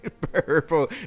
Purple